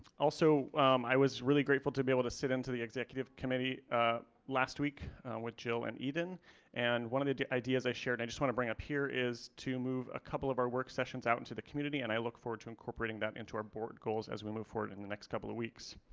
also i was really grateful to be able to sit into the executive committee last week with jill and eden and one of the ideas i shared. i just want to bring up here is to move a couple of our work sessions out into the community and i look forward to incorporating that into our board goals as we move forward in the next couple of weeks.